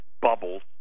bubbles